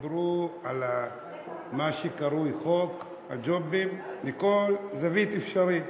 דיברו על מה שקרוי חוק הג'ובים מכל זווית אפשרית.